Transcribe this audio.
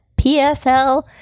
PSL